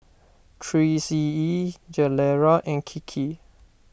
three C E Gilera and Kiki